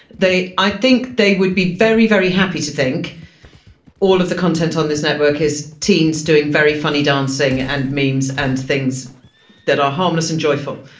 they i think they would be very, very happy to think all of the content on this network is teens doing very funny dancing and memes and things that are homeless and joyful.